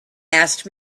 asked